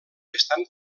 estan